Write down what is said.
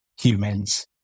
humans